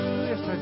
yes